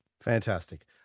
Fantastic